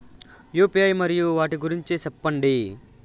UPI మరియు వాటి గురించి సెప్పండి?